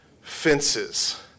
fences